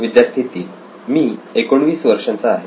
विद्यार्थी 3 मी 19 वर्षांचा आहे